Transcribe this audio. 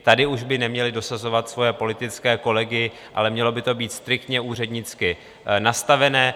Tady už by neměli dosazovat svoje politické kolegy, ale mělo by to být striktně úřednicky nastavené.